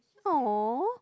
oh